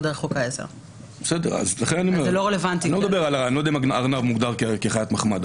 אני לא יודע אם ארנב מוגדר כחיית מחמד,